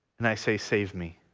and i say save me